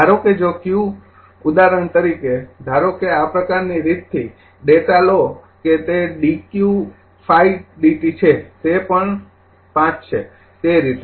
ધારો કે જો q ઉદાહરણ તરીકે ધારો કે આ પ્રકારની રીતથી ડેટા લો કે dq ૫ dt છે તે પણ ૫ છે તે રીતે